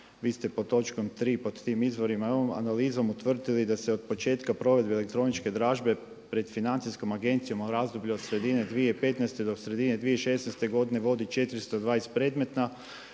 vi ste pod točkom tri pod tim izvorima … analizom utvrdili da se od početka elektroničke dražbe pred financijskom agencijom u razdoblju od sredine 2015. do sredine 2016. vodi 420 predmeta,